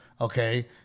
Okay